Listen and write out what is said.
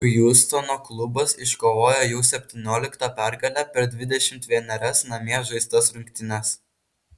hjustono klubas iškovojo jau septynioliktą pergalę per dvidešimt vienerias namie žaistas rungtynes